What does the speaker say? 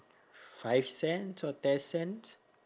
five cents or ten cents